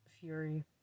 fury